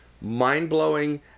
mind-blowing